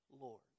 lord